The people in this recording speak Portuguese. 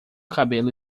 cabelo